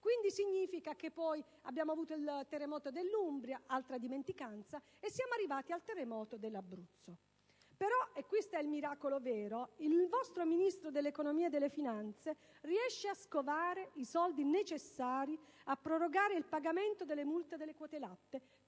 15 milioni di euro. Poi abbiamo avuto il terremoto dell'Umbria, altra dimenticanza, e siamo arrivati al terremoto dell'Abruzzo. Però - e questo è il miracolo vero - il vostro Ministro dell'economia e delle finanze riesce a scovare i soldi necessari a prorogare il pagamento delle multe per le quote latte